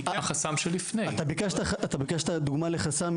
אתה ביקשת דוגמא לחסם,